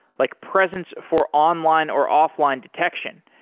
like presence for online or offline detection,